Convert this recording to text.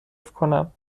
کنم